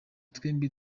twembi